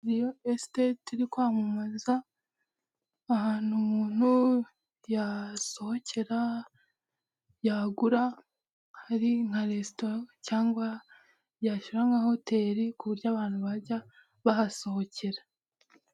Riyo esitete iri kwamamaza ahantu umuntu yasohokera, yagura, hari nka resitaran cyangwa yashyirara nka hoteri, ku buryo abantu bajya bahasohokera.